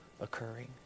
occurring